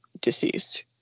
deceased